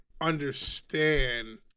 understand